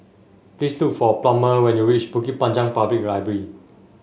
please look for Plummer when you reach Bukit Panjang Public Library